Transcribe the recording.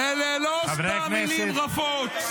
אלה לא סתם מילים רפות.